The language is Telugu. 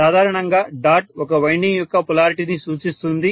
సాధారణంగా డాట్ ఒక వైండింగ్ యొక్క పొలారిటీని సూచిస్తుంది